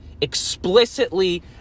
explicitly